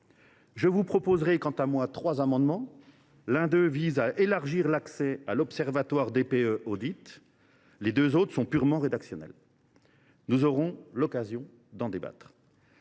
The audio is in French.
Je vous proposerai, quant à moi, trois amendements. L’un d’eux vise à élargir l’accès à l’Observatoire DPE Audits. Les deux autres sont purement rédactionnels. Nous aurons l’occasion d’en débattre.